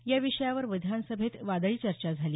या विषयावर विधानसभेत वादळी चर्चा झाली